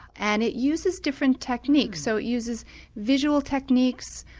and it uses different techniques. so it uses visual techniques,